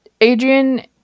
Adrian